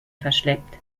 verschleppt